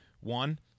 One